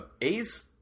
A's